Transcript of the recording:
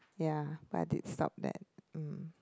ya but I did stopped that mm